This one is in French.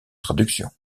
traductions